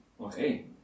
Okay